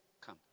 come